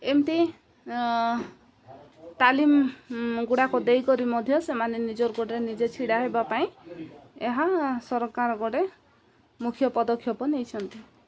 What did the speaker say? ଏମିତି ତାଲିମ ଗୁଡ଼ାକ ଦେଇକରି ମଧ୍ୟ ସେମାନେ ନିଜର ଗୋଟରେ ନିଜେ ଛିଡ଼ା ହେବା ପାଇଁ ଏହା ସରକାର ଗୋଟେ ମୁଖ୍ୟ ପଦକ୍ଷେପ ନେଇଛନ୍ତି